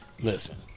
listen